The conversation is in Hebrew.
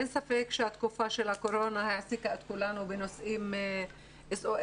אין ספק שהתקופה של הקורונה העסיקה את כולנו בנושאים SOS